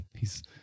hes